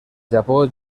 japó